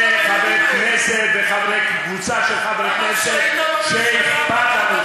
זה חבר כנסת וקבוצה של חברי כנסת שאכפת לנו.